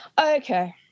Okay